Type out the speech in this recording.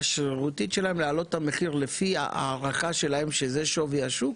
שרירותית שלהן להעלות את המחיר לפי ההערכה שלהן שזה שווי השוק,